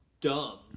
dumb